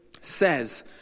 says